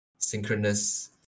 synchronous